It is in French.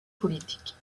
politique